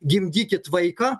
gimdykit vaiką